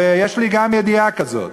ויש לי גם ידיעה כזאת,